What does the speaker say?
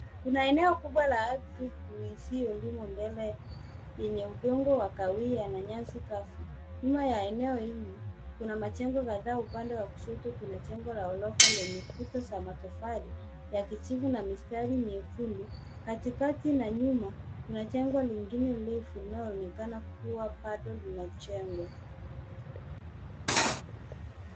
Kuna eneo kuba la ardhi tupu isiyolindwa mbele yenye udongo wa kahawia na nyasi kavu. Nyuma ya eneo hili kuna majengo kadhaa upande wa kushoto kuna jengo la ororfa lenye kuta za matofali ya kijivu na mistari miekundu. Katikati na nyuma kuna jengo lingine refu linaloonekana kuwa bado linajengwa.